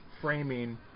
framing